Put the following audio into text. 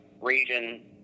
region